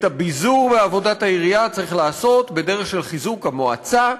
את הביזור בעבודת העירייה צריך לעשות בדרך של חיזוק המועצה,